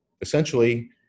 essentially